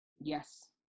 Yes